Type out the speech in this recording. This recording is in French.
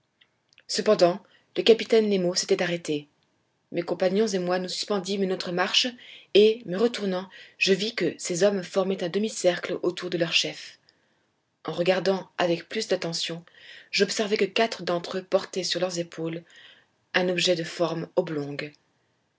cependant le capitaine nemo s'était arrêté mes compagnons et mol nous suspendîmes notre marche et me retournant je vis que ses hommes formaient un demi-cercle autour de leur chef en regardant avec plus d'attention j'observai que quatre d'entre eux portaient sur leurs épaules un objet de forme oblongue